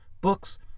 books